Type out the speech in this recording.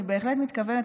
אני בהחלט מתכוונת,